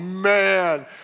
man